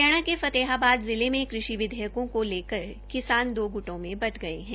हरियाणा के फतेहाबाद जिले में कृषि विधेयकों को लकर किसान दो गूटों में बंट गये है